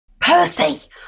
Percy